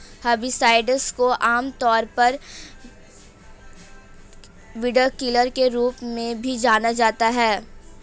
herbicides को आमतौर पर वीडकिलर के रूप में भी जाना जाता है